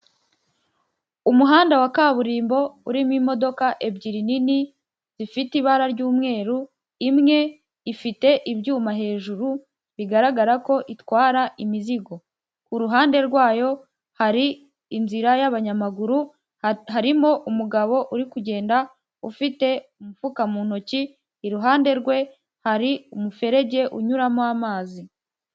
Umuhanda wa kaburimbo urimo imodoka ebyiri nini zifite ibara ry'umweru, imwe ifite ibyuma hejuru bigaragarako itwara imizigo, ku ruhande rwayo hari inzira y'abanyamaguru harimo umugabo uri kugenda ufite umufuka mu ntoki, iruhande rwe hari umuferege unyuramo amazi.